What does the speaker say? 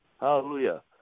Hallelujah